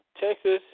Texas